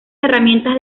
herramientas